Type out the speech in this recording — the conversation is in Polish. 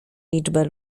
liczbę